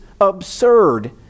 absurd